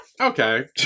Okay